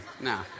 no